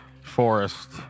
forest